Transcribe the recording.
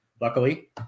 luckily